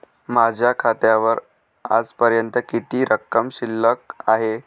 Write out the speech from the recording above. माझ्या खात्यावर आजपर्यंत किती रक्कम शिल्लक आहे?